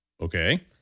Okay